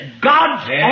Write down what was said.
God's